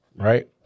right